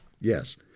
Yes